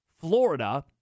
Florida